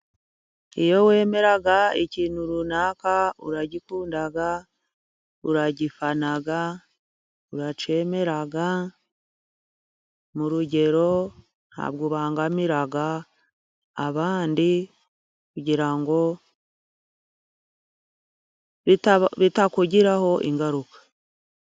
Iyo wemera ikintu runaka uragikunda ,uragifana urakemera mu rugero ,ntabwo ubangamira abandi kugira ngo bitakugiraho ingaruka.